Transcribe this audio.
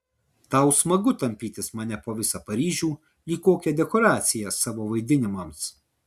tau smagu tampytis mane po visą paryžių lyg kokią dekoraciją savo vaidinimams